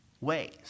ways